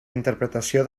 interpretació